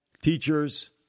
teachers